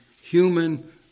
human